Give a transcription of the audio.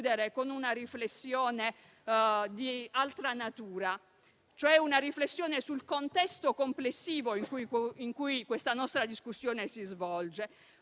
con una riflessione di altra natura, cioè sul contesto complessivo in cui questa nostra discussione si svolge;